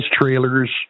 trailers